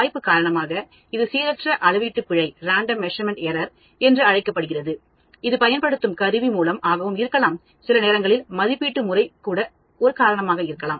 வாய்ப்பு காரணமாக இது சீரற்ற அளவீட்டு பிழை என்று அழைக்கப்படுகிறது இது பயன்படுத்தும் கருவி மூலம் ஆகவும் இருக்கலாம் சில நேரங்களில் மதிப்பீட்டு முறை கூட ஒரு காரணமாக இருக்கலாம்